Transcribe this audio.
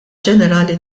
ġenerali